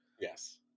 yes